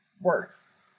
works